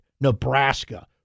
Nebraska